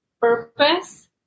purpose